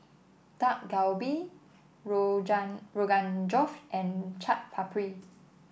Dak Galbi Rogan Josh and Chaat Papri